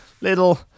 little